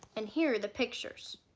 and here the pictures